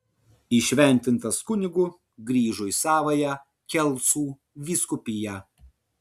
įšventintas kunigu grįžo į savąją kelcų vyskupiją